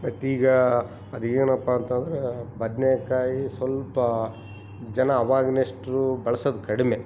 ಮತ್ತು ಈಗ ಅದು ಏನಪ್ಪ ಅಂತಂದರೆ ಬದನೇಕಾಯಿ ಸ್ವಲ್ಪ ಜನ ಅವಾಗಿನಷ್ಟು ಬಳ್ಸೋದ್ ಕಡಿಮೆ